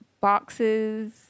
boxes